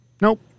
Nope